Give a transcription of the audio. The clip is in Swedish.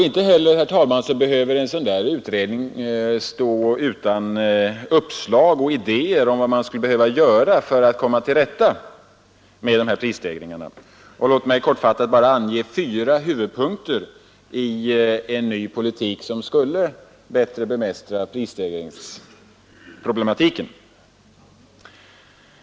Inte heller, herr talman, behöver en sådan utredning stå utan uppslag och idéer om vad som borde göras för att man skall komma till rätta med prisstegringarna. Låt mig kortfattat bara ange fyra huvudpunkter i en ny politik som bättre skulle bemästra prisstegringsproblematiken.